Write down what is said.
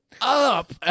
up